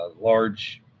Large